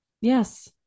Yes